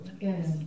Yes